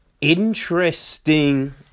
Interesting